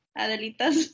Adelitas